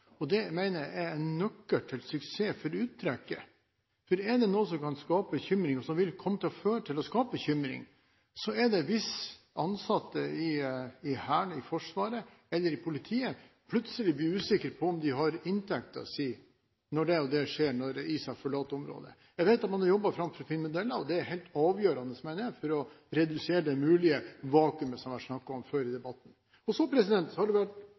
Chicago. Det mener jeg er nøkkelen til suksess for uttrekket, for er det noe som kan skape bekymring, og som vil komme til å skape bekymring, er det hvis ansatte i Hæren, i Forsvaret eller i politiet plutselig blir usikre på om de har inntekten sin når det og det skjer når ISAF forlater området. Jeg vet at man har jobbet for å finne modeller, og det er helt avgjørende, mener jeg, for å redusere det mulige vakuumet det har vært snakket om før i debatten. Så hadde det vært